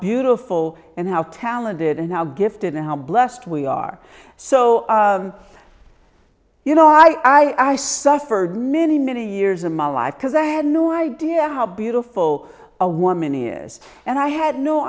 beautiful and how talented and how gifted and how blessed we are so you know i suffered many many years in my life because i had no idea how beautiful a woman is and i had no